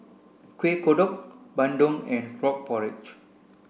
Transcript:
Kueh Kodok Bandung and frog porridge